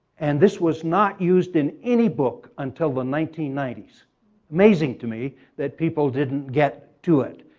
and this was not used in any book until the nineteen ninety s amazing to me that people didn't get to it.